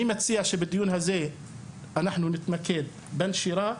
אז אני מציע שבדיון הזה אנחנו נתמקד בנשירה,